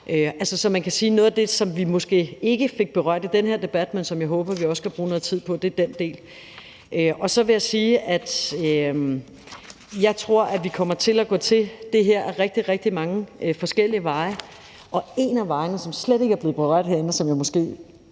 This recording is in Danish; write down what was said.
Så man kan sige, at noget af det, som vi måske ikke fik berørt i den her debat, men som jeg håber vi også kan bruge noget tid på, er den del. Så vil jeg sige, at jeg tror, at vi kommer til at gå til det her ad rigtig, rigtig mange forskellige veje, og en af vejene, som slet ikke er blevet berørt herinde, og det